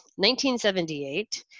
1978